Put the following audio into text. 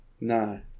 No